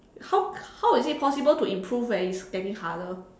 how how is it possible to improve when it's getting harder